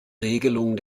regelung